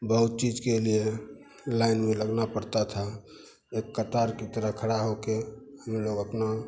बहुत चीज़ के लिए लाइन में लगना पड़ता था एक कतार की तरह खड़े होकर हम लोग अपना